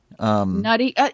Nutty